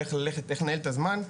ואיך לנהל את הזמן,